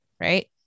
right